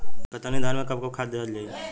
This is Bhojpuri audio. कतरनी धान में कब कब खाद दहल जाई?